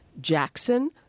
Jackson